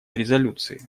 резолюции